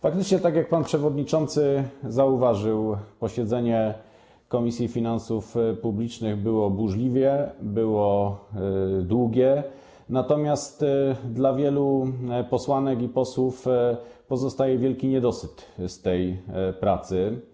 Faktycznie, tak jak pan przewodniczący zauważył, posiedzenie Komisji Finansów Publicznych było burzliwe, było długie, natomiast wiele posłanek i posłów odczuwa wielki niedosyt z powodu tej pracy.